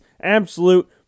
absolute